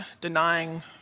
denying